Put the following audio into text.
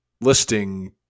listing